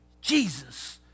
Jesus